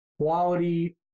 quality